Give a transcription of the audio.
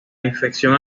infección